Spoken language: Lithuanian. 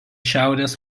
šiaurės